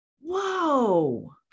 Whoa